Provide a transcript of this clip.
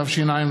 התשע"ו